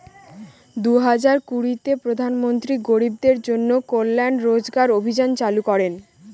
দুই হাজার কুড়িতে প্রধান মন্ত্রী গরিবদের জন্য কল্যান রোজগার অভিযান চালু করেন